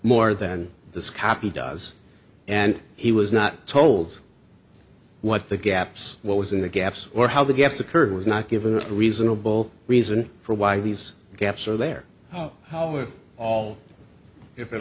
more than this copy does and he was not told what the gaps what was in the gaps or how the gaps occurred was not given a reasonable reason for why these gaps are there oh how we are all if at